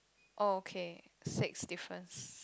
oh okay six difference